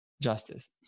justice